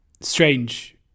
strange